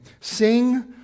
Sing